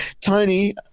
Tony